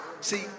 see